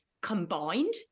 combined